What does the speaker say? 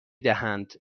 دهند